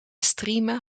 streamen